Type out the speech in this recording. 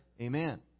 Amen